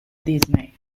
disney